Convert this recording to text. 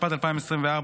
התשפ"ד 2024,